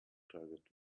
target